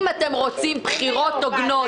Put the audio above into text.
אם אתם רוצים בחירות הוגנות,